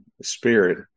spirit